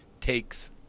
takes